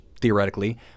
theoretically